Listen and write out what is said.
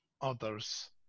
others